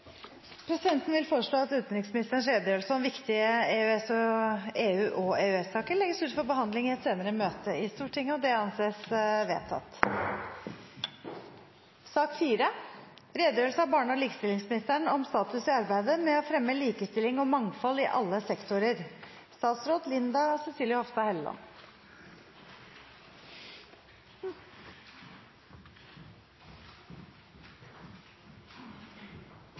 Presidenten vil foreslå at utenriksministerens redegjørelse om viktige EU- og EØS-saker legges ut for behandling i et senere møte i Stortinget. – Det anses vedtatt. I år er det 40 år siden likestillingsloven ble vedtatt av Stortinget. Det gir oss en god anledning til å